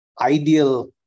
ideal